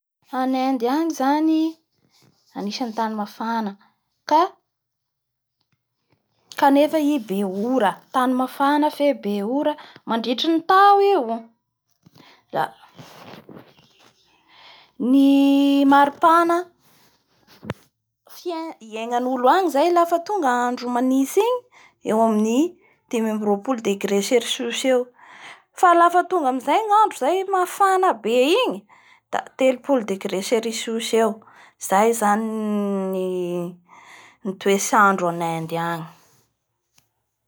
A Inde agny zany anisan'ny tany mafana ka -kanefa i be ora tany mafana fe be ora mandritsy ny tao io. La ny maripahanafi- iaigna'olo agny zay laf tonga ny andro manitsy igny eo amin'ny dimy ambin'ny roapolo degé cerissiuce eo fa lafa tonga amizay ny andro zay mafana be igny da telopolo degré cerissiuce eo. Izay zany ny-ny toetrandro an'Inde agny.